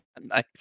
Nice